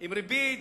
עם ריבית,